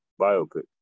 biopic